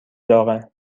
داغه